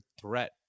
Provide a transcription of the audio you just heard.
threat